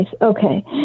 Okay